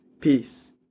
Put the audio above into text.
Peace